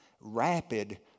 rapid